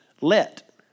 let